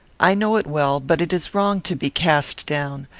i know it well, but it is wrong to be cast down.